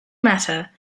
matter